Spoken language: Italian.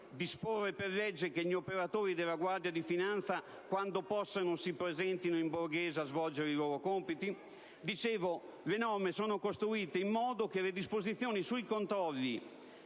secondo il quale gli operatori della Guardia di finanza, quando possono, si debbono presentare in borghese a svolgere i loro compiti. Le norme sono costruite in modo che le disposizioni sui controlli